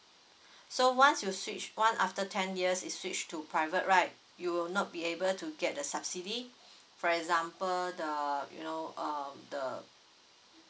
so once you switch one after ten years is switch to private right you will not be able to get the subsidy for example the you know uh the